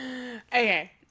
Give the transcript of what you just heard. Okay